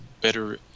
better